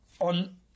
on